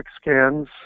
scans